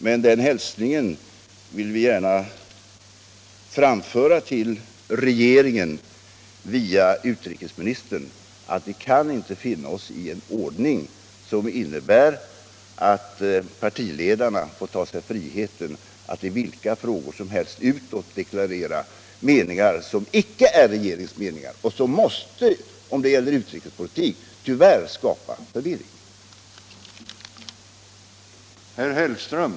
Men vi vill gärna via utrikesministern till regeringen framföra hälsningen att vi inte kan finna oss i en ordning som innebär att partiledarna tar sig friheten att 81 i vilka frågor som helst utåt deklarera meningar som icke är regeringens meningar. Det måste, när det gäller utrikespolitik, tyvärr skapa förvirring.